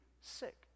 sick